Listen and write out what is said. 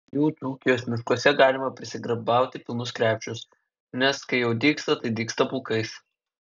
jų dzūkijos miškuose galima prisigrybauti pilnus krepšius nes kai jau dygsta tai dygsta pulkais